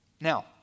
Now